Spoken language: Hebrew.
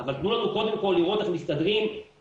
אבל תנו לנו קודם כל לראות איך מסתדרים עם